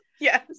yes